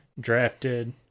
drafted